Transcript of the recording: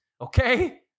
okay